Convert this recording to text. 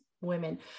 women